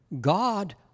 God